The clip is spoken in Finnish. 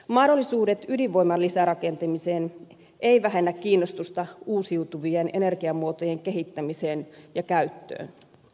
mahdollisuudet ydinvoiman lisärakentamiseen eivät vähennä kiinnostusta uusiutuvien energiamuotojen kehittämiseen ja käyttöön